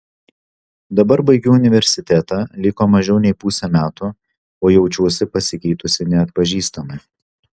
dabar baigiu universitetą liko mažiau nei pusė metų o jaučiuosi pasikeitusi neatpažįstamai